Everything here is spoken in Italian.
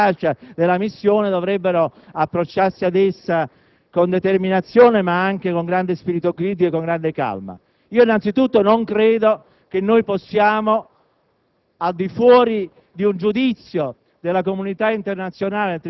sulla stessa necessità, possibilità ed efficacia della missione - dovrebbero approcciarsi ad essa con determinazione, ma anche con grande spirito critico e con grande calma. Innanzi tutto, al di fuori